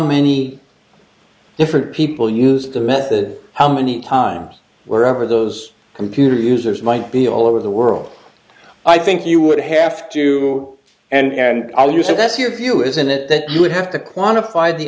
many different people use the method how many times were ever those computer users might be all over the world i think you would have to and i'll use it that's your view isn't it that you would have to quantify the